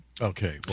Okay